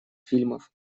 фильмов